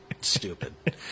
stupid